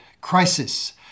crisis